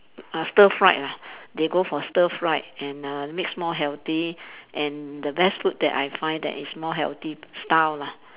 uh stir fried lah they go for stir fried and uh makes more healthy and the best food that I find that is more healthy style lah